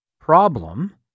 problem